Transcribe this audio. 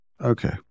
okay